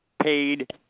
paid